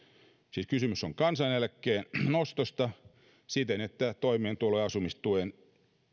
siis kysymys on kansaneläkkeen nostosta siten että toimeentulo ja asumistuen